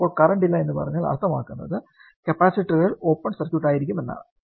അപ്പോൾ കറന്റ് ഇല്ല എന്ന് പറഞ്ഞാൽ അർത്ഥമാക്കുന്നത് കപ്പാസിറ്ററുകൾ ഓപ്പൺ സർക്യൂട്ട് ആയിരിക്കും എന്നാണ്